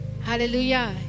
Hallelujah